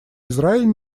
израиль